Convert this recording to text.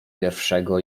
pierwszego